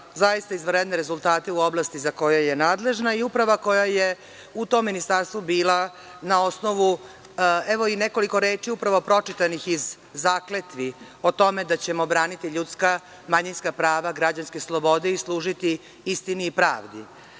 zaista izvanredne rezultate u oblasti za koju je nadležna i uprava koja je u tom ministarstvu bila na osnovu, evo i nekoliko reči upravo pročitanih iz zakletvi, o tome da ćemo braniti ljudska i manjinska prava, građanske slobode i služiti istini i pravdi. Moj